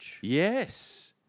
Yes